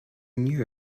knew